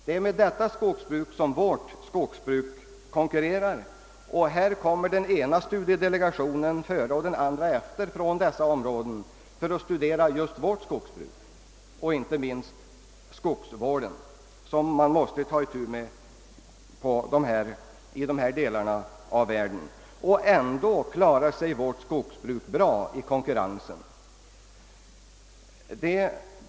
Hit till Sverige kommer den ena studiedelegationen efter den andra från dessa länder för att studera vårt skogsbruk och inte minst skogsvården, som man måste ta itu med i dessa andra delar av världen.